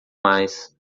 mais